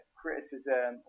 criticism